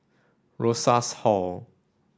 Rosas Hall